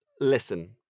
Listen